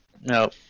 No